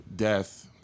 Death